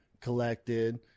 collected